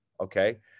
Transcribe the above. Okay